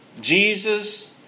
Jesus